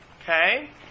Okay